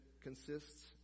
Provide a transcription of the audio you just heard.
consists